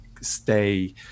stay